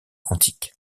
antique